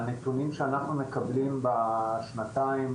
הנתונים שאנחנו מקבלים בשנתיים,